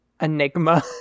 Enigma